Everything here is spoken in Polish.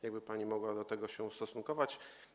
Jakby pani mogła do tego się ustosunkować.